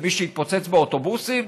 ומי שהתפוצץ באוטובוסים?